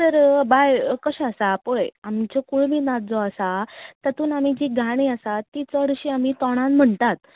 तर बाय कशे आसा पळय आमचो कूळमी नाच जो आसा तातून जी गाणीं आसा ती चडशीं आमी तोंडान म्हणटात